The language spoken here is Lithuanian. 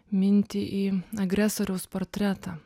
mintį į agresoriaus portretą